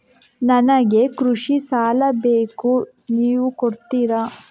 ನನಗೆ ಕೃಷಿ ಸಾಲ ಬೇಕು ನೀವು ಕೊಡ್ತೀರಾ?